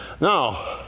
now